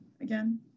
again